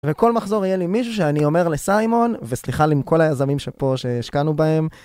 וכל מחזור יהיה לי מישהו שאני אומר לסיימון וסליחה עם כל היזמים שפה שהשקענו בהם.